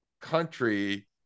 country